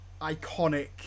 iconic